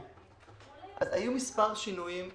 מאז 2013 היו מספר שינויים,